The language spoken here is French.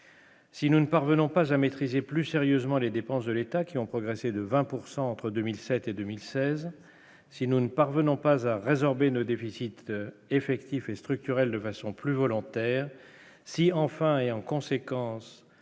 Si nous ne parvenons pas à maîtriser plus sérieusement les dépenses de l'État qui ont progressé de 20 pourcent entre 2007 et 2016 si nous ne parvenons pas à résorber nos déficits effectif et structurelle de façon plus volontaire si enfin et, en conséquence,